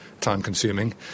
time-consuming